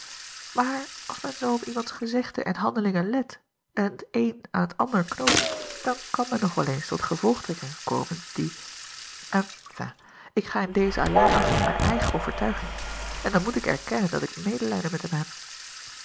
maar als men zoo op iemands gezegden en handelingen let en t een aan t ander knoopt dan kan men nog wel eens tot gevolgtrekkingen komen die enfin ik ga in deze alleen af op mijn eigen overtuiging en dan moet ik erkennen dat ik medelijden met hem heb